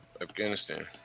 Afghanistan